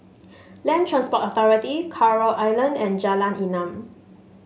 Land Transport Authority Coral Island and Jalan Enam